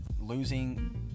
losing